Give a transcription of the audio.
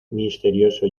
misterioso